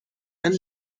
and